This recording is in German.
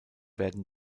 werden